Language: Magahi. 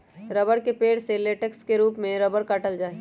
रबड़ के पेड़ से लेटेक्स के रूप में रबड़ काटल जा हई